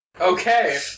Okay